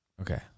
Okay